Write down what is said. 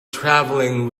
traveling